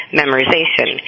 memorization